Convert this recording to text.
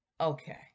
Okay